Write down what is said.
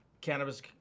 cannabis